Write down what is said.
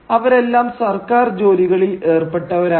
അവരെല്ലാം സർക്കാർ ജോലികളിൽ ഏർപ്പെട്ടവരായിരുന്നു